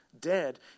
dead